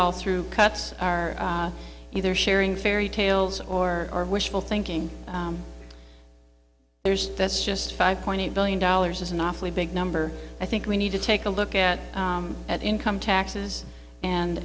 all through cuts are either sharing fairy tales or wishful thinking there's that's just five point eight billion dollars is an awfully big number i think we need to take a look at at income taxes and